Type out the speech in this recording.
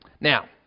Now